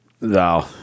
no